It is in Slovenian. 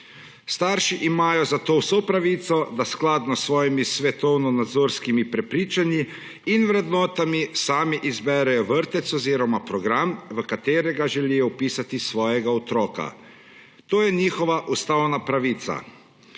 Starši imajo zato vso pravico, da skladno s svojimi svetovnonazorskimi prepričanji in vrednotami sami izberejo vrtec oziroma program, v katerega želijo vpisati svojega otroka. To je njihova ustavna pravica.